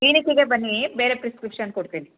ಕ್ಲಿನಿಕ್ಕಿಗೆ ಬನ್ನಿ ಬೇರೆ ಪ್ರಿಸ್ಕ್ರಿಪ್ಷನ್ ಕೊಡ್ತೀನಿ